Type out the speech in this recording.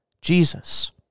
Jesus